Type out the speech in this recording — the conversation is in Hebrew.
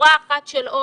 שורה אחת של אות